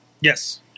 Yes